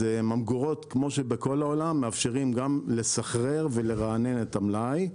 אז ממגורות כמו שבכל העולם מאפשרים גם לסחרר ולרענן את המלאי.